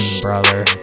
brother